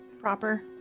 proper